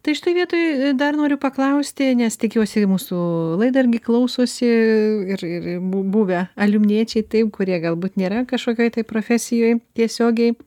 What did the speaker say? tai šitoj vietoj dar noriu paklausti nes tikiuosi mūsų laida irgi klausosi ir ir buvę aliumniečiai taip kurie galbūt nėra kažkokioj tai profesijoj tiesiogiai